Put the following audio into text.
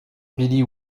billy